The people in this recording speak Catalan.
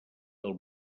del